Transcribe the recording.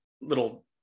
little